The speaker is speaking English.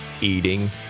eating